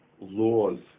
laws